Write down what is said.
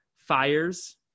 Fires